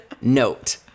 note